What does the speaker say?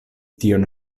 tion